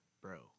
bro